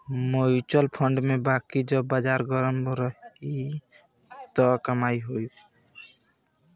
mutual fund में बाकी जब बाजार गरम रही त खूब कमाई होई